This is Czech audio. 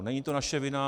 Není to naše vina.